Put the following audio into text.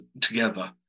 together